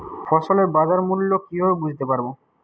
ফসলের বাজার মূল্য কিভাবে বুঝতে পারব?